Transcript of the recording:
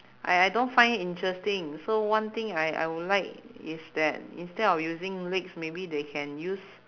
I I don't find it interesting so one thing I I would like is that instead of using legs maybe they can use